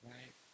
Right